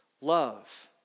love